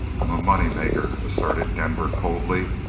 i'm a moneymaker asserted denver coldly.